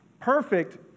perfect